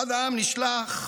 אחד העם נשלח בזמנו,